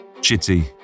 Chitty